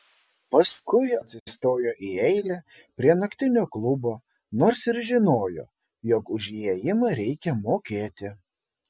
paskui atsistojo į eilę prie naktinio klubo nors ir žinojo jog už įėjimą reikia mokėti